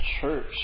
church